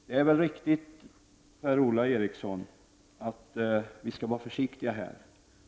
Det är riktigt att vi skall vara försiktiga här.